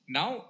now